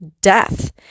death